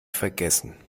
vergessen